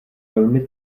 velmi